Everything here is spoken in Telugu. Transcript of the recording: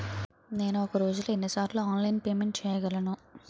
నేను ఒక రోజులో ఎన్ని సార్లు ఆన్లైన్ పేమెంట్ చేయగలను?